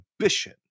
ambition